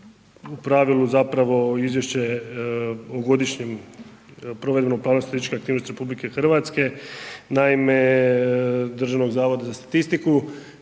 u pravilu zapravo izvješće o Godišnjem provedbenom planu statističkih aktivnosti RH, naime Državnog zavoda za statistiku